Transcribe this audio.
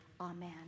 Amen